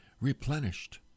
replenished